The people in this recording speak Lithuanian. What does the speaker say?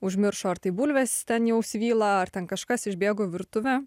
užmiršo ar tai bulvės ten jau svyla ar ten kažkas išbėgo į virtuvę